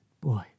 Boy